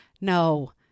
no